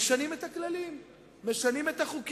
משנים את הכללים,